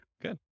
good